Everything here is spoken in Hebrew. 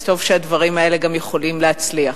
אז, טוב שהדברים האלה גם יכולים להצליח.